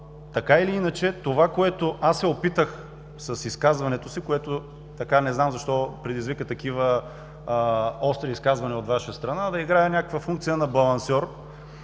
Така или иначе това, с което се опитах в изказването си – не знам защо предизвика такива остри изказвания от Ваша страна – да играя функция на балансьор,